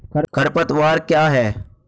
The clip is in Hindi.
खरपतवार क्या है?